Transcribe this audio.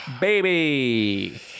Baby